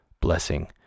blessing